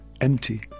empty